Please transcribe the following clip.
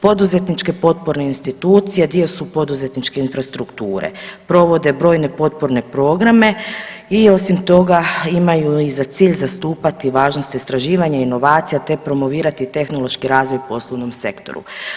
Poduzetničke potporne institucije dio su poduzetničke infrastrukture, provode brojne potporne programe i osim toga imaju i za cilj zastupati važnost istraživanja, inovacija, te promovirati tehnološki razvoj u poslovnom sektoru.